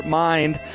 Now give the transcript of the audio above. mind